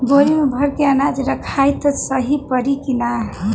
बोरी में भर के अनाज रखायी त सही परी की ना?